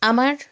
আমার